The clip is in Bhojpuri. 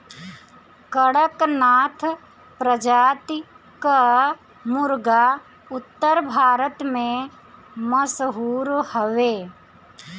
कड़कनाथ प्रजाति कअ मुर्गा उत्तर भारत में मशहूर हवे